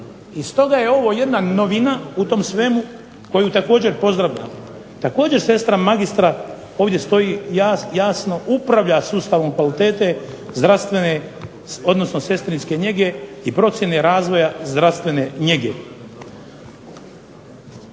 i stoga je ovo jedna novina u tom svemu, koju također pozdravljam. Također sestra magistra, ovdje stoji jasno, upravlja sustavom kvalitete zdravstvene odnosno sestrinske njege i procjene razvoja zdravstvene njege.